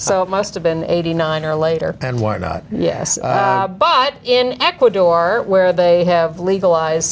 so it must have been eighty nine or later and why not yes but in ecuador where they have legalize